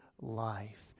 life